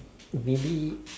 maybe